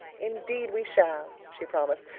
indeed we shall, she promised.